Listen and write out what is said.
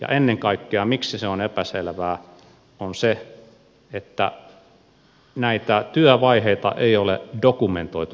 ennen kaikkea syy miksi se on epäselvää on se että näitä työvaiheita ei ole dokumentoitu tarpeeksi hyvin